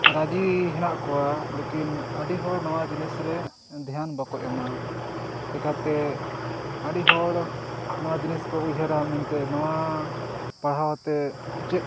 ᱨᱟᱡᱤ ᱦᱮᱱᱟᱜ ᱠᱚᱣᱟ ᱞᱮᱠᱤᱱ ᱟᱹᱰᱤ ᱦᱚᱲ ᱱᱚᱣᱟ ᱡᱤᱱᱤᱥ ᱨᱮ ᱫᱷᱮᱭᱟᱱ ᱵᱟᱠᱚ ᱮᱢᱟ ᱪᱤᱠᱟᱹᱛᱮ ᱟᱹᱰᱤ ᱦᱚᱲ ᱱᱚᱣᱟ ᱡᱤᱱᱤᱥ ᱠᱚ ᱩᱭᱦᱟᱹᱨᱟ ᱢᱮᱱᱛᱮ ᱱᱚᱣᱟ ᱯᱟᱲᱦᱟᱣ ᱛᱮ ᱪᱮᱫ